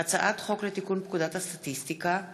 הצעת חוק לתיקון פקודת הסטטיסטיקה (מס'